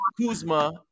kuzma